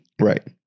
Right